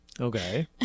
Okay